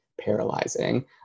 paralyzing